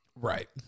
Right